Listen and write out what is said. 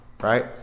right